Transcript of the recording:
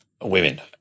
women